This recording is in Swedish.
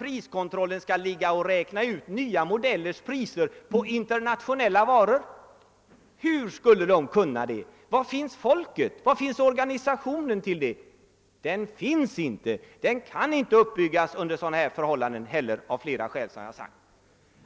priskontrollen skall anpassas till nya modellers priser på internationella varor. Hur skulle den kunna det? Var finns den organisation som skulle göra det? Den finns inte, och kan av skäl som jag redan nämnt inte heller byggas upp under sådana här förhållanden.